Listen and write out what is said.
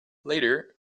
later